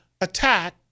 attack